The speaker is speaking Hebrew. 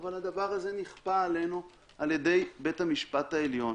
אבל הדבר הזה נכפה עלינו על ידי בית המשפט העליון